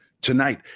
Tonight